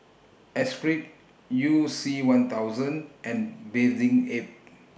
Esprit YOU C one thousand and Bathing Ape